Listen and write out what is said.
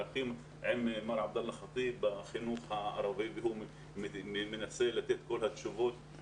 אלא מר עבדאללה חטיב שמנסה לתת את כל התשובות.